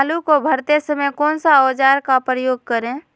आलू को भरते समय कौन सा औजार का प्रयोग करें?